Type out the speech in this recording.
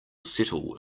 settle